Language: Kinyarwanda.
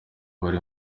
bari